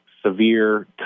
severe